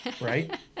right